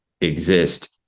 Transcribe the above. exist